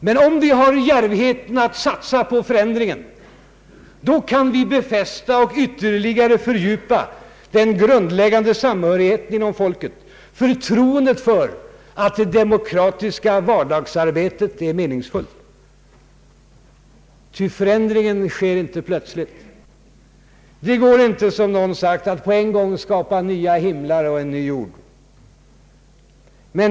Men om vi har djärvheten att satsa på förändringen, då kan vi befästa och ytterligare fördjupa den grundläggande samhörigheten inom folket, förtroendet för att det demokratiska vardagsarbetet är meningsfullt. Ty förändringen sker inte plötsligt. Det går inte, som någon har sagt, att på en gång skapa nya himlar och en ny jord.